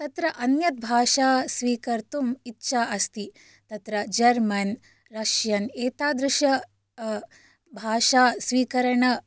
तत्र अन्यभाषा स्वीकर्तुम् इच्छा अस्ति तत्र जर्मन् रश्शियन् एतादृश भाषा स्वीकरण